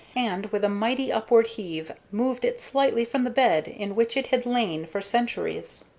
and, with a mighty upward heave, moved it slightly from the bed in which it had lain for centuries.